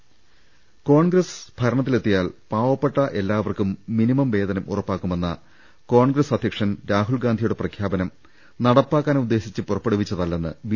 രുട്ട്ട്ട്ട്ട്ട്ട്ട കോൺഗ്രസ് ഭരണത്തിലെത്തിയാൽ പാവപ്പെട്ട എല്ലാവർക്കും മിനിമം വേതനം ഉറപ്പാക്കുമെന്ന കോൺഗ്രസ് അധ്യക്ഷൻ രാഹുൽഗാന്ധിയുടെ പ്രഖ്യാപനം നടപ്പാക്കാൻ ഉദ്ദേശിച്ച് പുറപ്പെടുവിച്ചതല്ലെന്ന് ബി